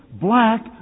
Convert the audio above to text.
black